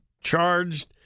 charged